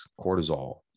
cortisol